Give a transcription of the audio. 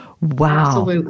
Wow